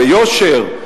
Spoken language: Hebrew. ביושר,